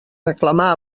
reclamar